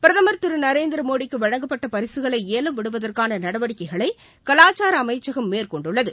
பிரதமர் திரு நநேந்திர மோடிக்கு வழங்கப்பட்ட பரிசுகளை ஏலம் விடுவதற்கான நடவடிக்கைகளை கலாச்சார அமைச்சகம் மேற்கொண்டுள்ளது